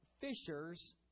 fishers